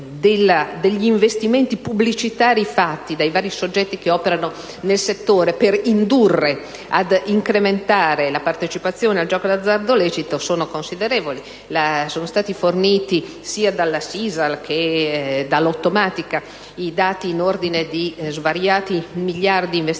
gli investimenti pubblicitari fatti dai vari soggetti che operano nel settore per indurre ad incrementare la partecipazione al gioco d'azzardo lecito sono considerevoli. Sia dalla Sisal che da Lottomatica sono stati forniti dati in ordine di svariati miliardi investiti